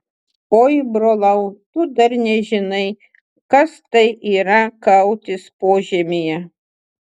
oi brolau tu dar nežinai kas tai yra kautis požemyje